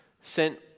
sent